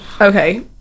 okay